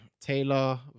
Taylor